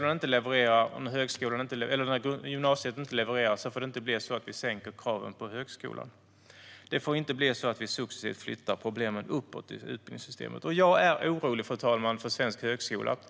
När gymnasiet inte levererar får det inte bli så att vi sänker kraven på högskolan. Det får inte bli så att vi successivt flyttar problemen uppåt i utbildningssystemet. Jag är orolig, fru talman, för svensk högskola.